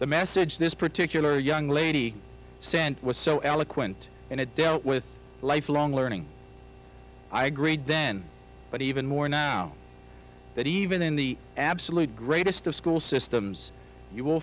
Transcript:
the message this particular young lady sent was so eloquent and it dealt with lifelong learning i agreed then but even more now that even in the absolute greatest of school systems you will